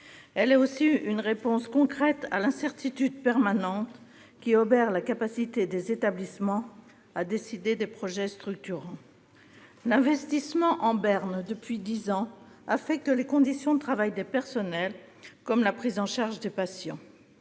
Elle est aussi une réponse concrète à l'incertitude permanente qui obère la capacité des établissements à décider de projets structurants. Le fait que l'investissement soit en berne depuis dix ans affecte les conditions de travail des personnels comme la prise en charge des patients.